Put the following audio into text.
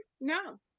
no